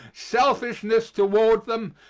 selfishness toward them,